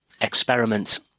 experiment